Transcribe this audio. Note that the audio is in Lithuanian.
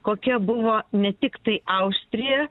kokia buvo ne tiktai austrija